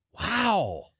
Wow